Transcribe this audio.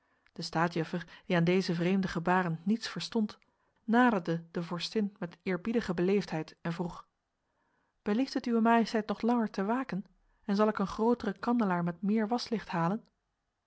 de staatjuffer die aan deze vreemde gebaren niets verstond naderde de vorstin met eerbiedige beleefdheid en vroeg belieft het uwe majesteit nog langer te waken en zal ik een grotere kandelaar met meer waslicht halen